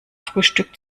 frühstück